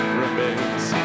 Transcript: remains